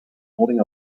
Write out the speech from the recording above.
holding